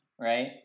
Right